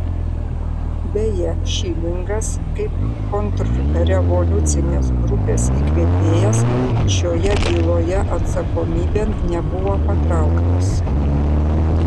beje šilingas kaip kontrrevoliucinės grupės įkvėpėjas šioje byloje atsakomybėn nebuvo patrauktas